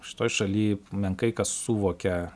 šitoj šaly menkai kas suvokia